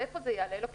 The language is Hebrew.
ואיפה זה יעלה לו כסף?